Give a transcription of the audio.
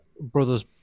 brother's